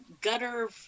gutter